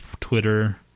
Twitter